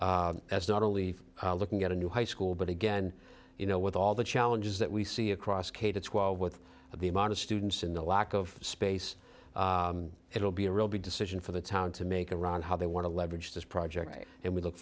as not only looking at a new high school but again you know with all the challenges that we see across k to twelve with the amount of students in the lack of space it will be a real big decision for the town to make a run how they want to leverage this project and we look